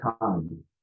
time